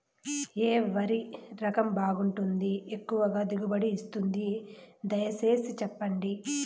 ఏ వరి రకం బాగుంటుంది, ఎక్కువగా దిగుబడి ఇస్తుంది దయసేసి చెప్పండి?